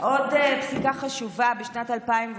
משנת 2013,